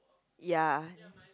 ya